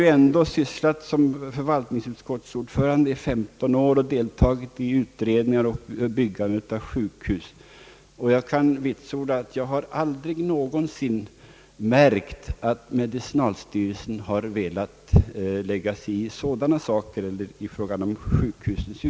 Jag har sysslat med hithörande frågor i 15 år och kan vitsorda att jag aldrig lagt märke till att medicinalstyrelsen velat lägga sig i sådana angelägenheter med undantag för vetlandafallet.